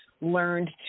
learned